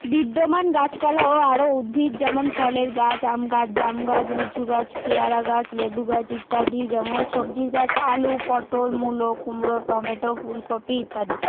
বিদ্যমান গাছপালা ও আরও উদ্ভিদ যেমন ফলের গাছ আম গাছ জাম গাছ লিচু গাছ পেয়ারা গাছ লেবু গাছ ইত্যাদি যেমন সবজির গাছ আলু পটল মূলো কুমড়ো টমেটো ফুলকপি ইত্যাদি